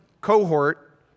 cohort